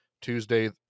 tuesday